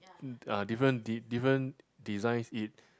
mm uh different de~ different designs it